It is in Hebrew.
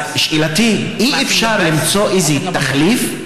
אז שאלתי: אי-אפשר למצוא איזה תחליף?